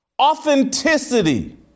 authenticity